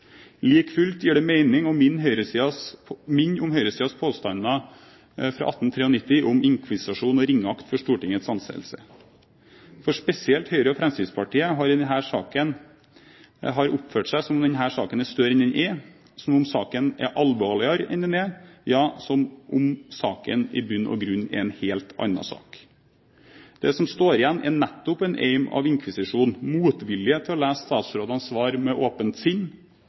Like fullt gir det mening å minne om høyresidens påstander fra 1893 om inkvisisjon og ringeakt for Stortingets anseelse. For spesielt Høyre og Fremskrittspartiet har oppført seg som om denne saken er større enn den er, som om saken er alvorligere enn den er, ja, som om saken i bunn og grunn er en helt annen sak. Det som står igjen, er nettopp en eim av inkvisisjon, motvilje mot å lese statsrådenes svar med åpent sinn,